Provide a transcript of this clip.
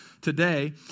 today